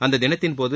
அந்த தினத்தின்போது